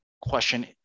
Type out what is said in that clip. question